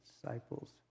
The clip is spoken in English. disciples